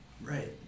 right